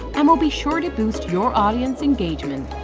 and will be sure to boost your audience engagement.